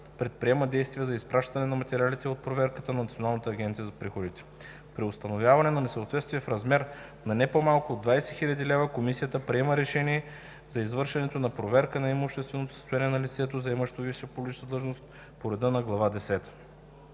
предприема действия за изпращане на материалите от проверката на Националната агенция за приходите. При установяване на несъответствие в размер на не по-малко от 20 000 лв. Комисията приема решение за извършването на проверка на имущественото състояние на лицето, заемащо висша публична длъжност, по реда на Глава